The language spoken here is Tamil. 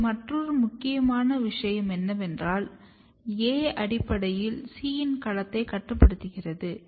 இங்கே மற்றொரு முக்கியமான விஷயம் என்னவென்றால் A அடிப்படையில் C இன் களத்தை கட்டுப்படுத்துகிறது